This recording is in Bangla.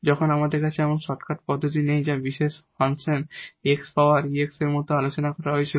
যখন আমাদের কাছে এমন শর্টকাট পদ্ধতি নেই যা particular function x power e x এর মত আলোচনা করা হয়েছিল